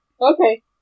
Okay